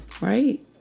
Right